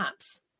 apps